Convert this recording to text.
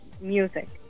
music